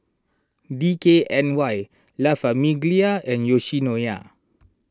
D K N Y La Famiglia and Yoshinoya